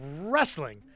wrestling